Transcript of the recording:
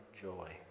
joy